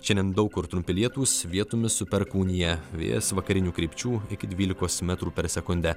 šiandien daug kur trumpi lietūs vietomis su perkūnija vėjas vakarinių krypčių iki dvylikos metrų per sekundę